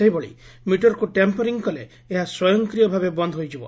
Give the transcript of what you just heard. ସେହିଭଳି ମିଟରକୁ ଟ୍ୟାମ୍ପରିଂ କଲେ ଏହା ସ୍ୱୟକ୍ରିୟ ଭାବେ ବନ୍ଦ ହୋଇଯିବ